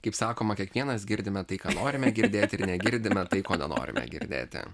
kaip sakoma kiekvienas girdime tai ką norime girdėti ir negirdime tai ko nenorime girdėti